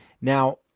Now